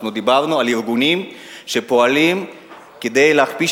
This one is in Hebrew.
אנחנו דיברנו על ארגונים שפועלים כדי להכפיש